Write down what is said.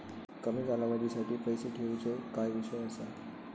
कमी कालावधीसाठी पैसे ठेऊचो काय विषय असा?